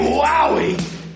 wowie